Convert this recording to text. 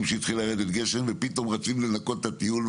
כשמתחיל לרדת גשם ופתאום רצים לנקות את הכל,